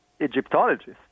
Egyptologists